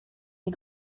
les